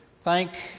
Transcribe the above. thank